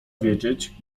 wiedzieć